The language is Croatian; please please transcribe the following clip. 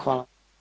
Hvala.